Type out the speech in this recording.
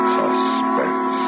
suspense